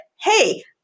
Hey